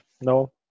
no